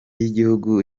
y’igihugu